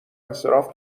انصراف